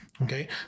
Okay